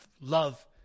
love